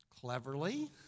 cleverly